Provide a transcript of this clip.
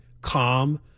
calm